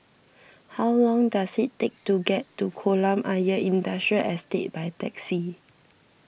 how long does it take to get to Kolam Ayer Industrial Estate by taxi